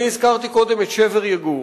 אני הזכרתי קודם את שבר יגור,